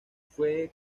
fue